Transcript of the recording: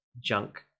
junk